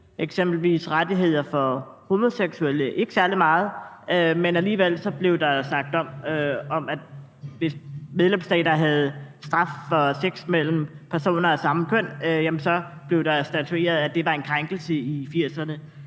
eksempelvis rettigheder for homoseksuelle ikke særlig meget, men alligevel blev der afsagt dom. Hvis medlemsstater havde straf for sex mellem personer af samme køn, blev det i 1980'erne statueret, at det var en krænkelse. Derfor